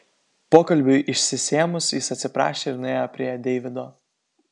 pokalbiui išsisėmus jis atsiprašė ir nuėjo prie deivido